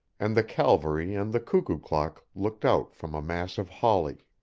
and the calvary and the cuckoo clock looked out from a mass of holly.